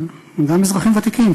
וגם אזרחים ותיקים,